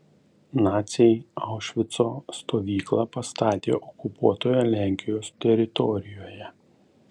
naciai aušvico stovyklą pastatė okupuotoje lenkijos teritorijoje